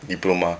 diploma